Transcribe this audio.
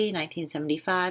1975